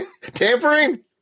tampering